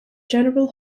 general